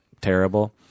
terrible